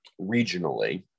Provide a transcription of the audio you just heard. regionally